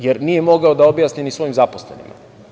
Jer nije mogao da objasni ni svojim zaposlenima.